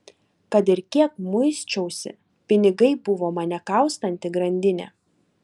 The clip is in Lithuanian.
kad ir kiek muisčiausi pinigai buvo mane kaustanti grandinė